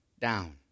down